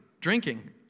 drinking